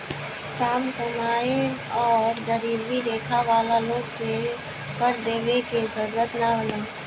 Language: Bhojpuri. काम कमाएं आउर गरीबी रेखा वाला लोग के कर देवे के जरूरत ना होला